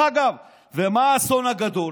ומה האסון הגדול?